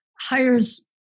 hires